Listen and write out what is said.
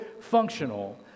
functional